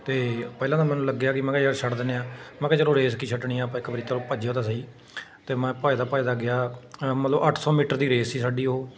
ਅਤੇ ਪਹਿਲਾਂ ਤਾਂ ਮੈਨੂੰ ਲੱਗਿਆ ਕਿ ਮੈਂ ਕਿਹਾ ਯਾਰ ਛੱਡ ਦਿੰਦੇ ਹਾਂ ਮੈਂ ਕਿਹਾ ਚਲੋ ਰੇਸ ਕੀ ਛੱਡਣੀ ਆਪਾਂ ਇੱਕ ਵਾਰੀ ਚਲੋ ਭੱਜਿਓ ਤਾਂ ਸਹੀ ਅਤੇ ਮੈਂ ਭੱਜਦਾ ਭੱਜਦਾ ਗਿਆ ਮਤਲਬ ਅੱਠ ਸੌ ਮੀਟਰ ਦੀ ਰੇਸ ਸੀ ਸਾਡੀ ਉਹ